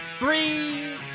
Three